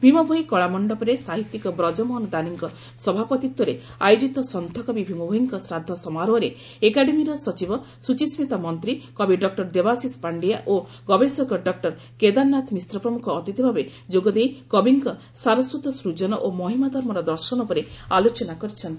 ଭୀମଭୋଇ କଳା ମଣ୍ଡପରେ ସାହିତ୍ୟିକ ବ୍ରଜମୋହନ ଦାନୀଙ୍କ ସଭାପତିତ୍ୱରେ ଆୟୋଜିତ ସତ୍ତକବି ଭୀମଭୋଇଙ୍କ ଶ୍ରାଦ୍ଧ ସମାରୋହରେ ଏକାଡେମୀର ସଚିବ ସ୍ବିଚିସ୍କିତା ମନ୍ତୀ କବି ଡକ୍କର ଦେବାଶିଷ ପାଣ୍ଡିଆ ଓ ଗବେଷକ ଡକୁର କେଦାରନାଥ ମିଶ୍ର ପ୍ରମୁଖ ଅତିଥି ଭାବେ ଯୋଗଦେଇ କବିଙ୍କ ସାରସ୍ୱତ ସୂଜନ ଓ ମହିମା ଧର୍ମର ଦର୍ଶନ ଉପରେ ଆଲୋଚନା କରିଛନ୍ତି